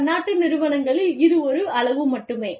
பன்னாட்டு நிறுவனங்களில் இது ஒரு அளவு மட்டுமே